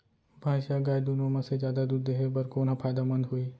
भैंस या गाय दुनो म से जादा दूध देहे बर कोन ह फायदामंद होही?